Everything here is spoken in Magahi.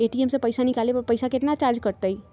ए.टी.एम से पईसा निकाले पर पईसा केतना चार्ज कटतई?